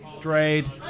trade